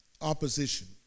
opposition